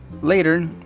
later